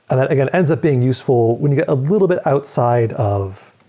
that, again, ends up being useful when you get a little bit outside of